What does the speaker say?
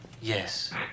Yes